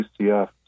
UCF